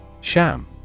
Sham